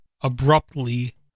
abruptly